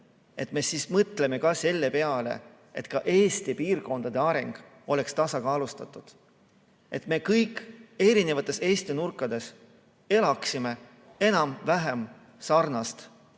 me peaksime mõtlema ka selle peale, et ka Eesti piirkondade areng oleks tasakaalustatud ning et me kõik Eesti eri nurkades elaksime enam-vähem sarnast